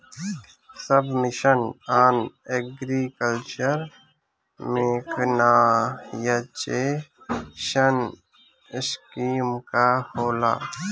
सब mission on agriculture mechanisation scheme का होला?